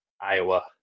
Iowa